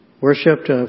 Worshipped